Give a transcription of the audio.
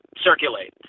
circulate